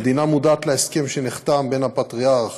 המדינה מודעת להסכם שנחתם בין הפטריארך